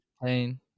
plane